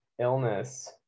illness